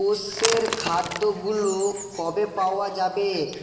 পোষ্যের খাদ্যগুলো কবে পাওয়া যাবে